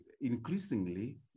increasingly